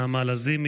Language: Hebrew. נעמה לזימי,